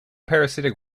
parasitic